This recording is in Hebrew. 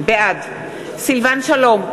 בעד סילבן שלום,